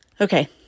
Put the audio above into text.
Okay